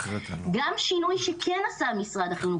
גם שינוי שכן עשה משרד החינוך,